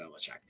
Belichick